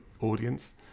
audience